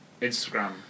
Instagram